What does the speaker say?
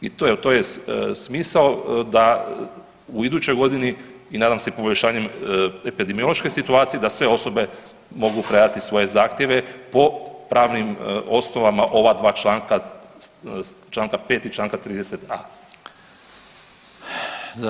I to je smisao da u idućoj godini i nadam se poboljšanjem epidemiološke situacije da sve osobe mogu predati svoje zahtjeve po pravnim osnovama ova dva članka, čl. 5. i čl. 30.a.